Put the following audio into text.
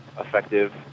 effective